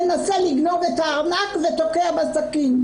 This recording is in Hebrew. מנסה לגנוב את הארנק ותוקע בה סכין.